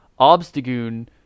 Obstagoon